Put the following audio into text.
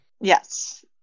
Yes